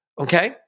okay